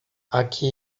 aqui